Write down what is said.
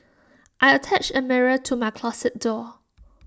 I attached A mirror to my closet door